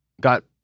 got